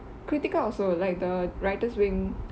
krithika also like the writer's wing